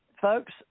folks